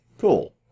cool